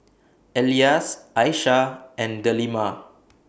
Elyas Aishah and Delima